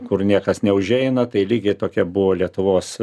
kur niekas neužeina tai lygiai tokia buvo lietuvos